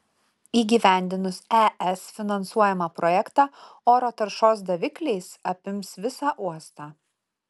įgyvendinus es finansuojamą projektą oro taršos davikliais apims visą uostą